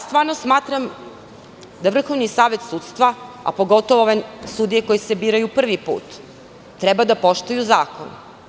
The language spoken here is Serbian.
Stvarno smatram da Vrhovni savet sudstva, a pogotovo ove sudije koje se biraju prvi put, treba da poštuju zakon.